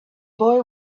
boy